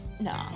No